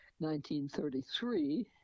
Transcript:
1933